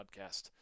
podcast